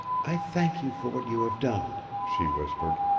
i thank you for what you have done she whispered.